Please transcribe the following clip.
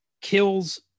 kills